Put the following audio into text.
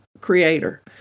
Creator